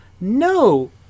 no